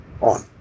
on